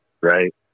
right